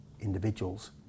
individuals